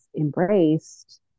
embraced